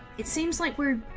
it seems like we're